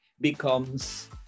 becomes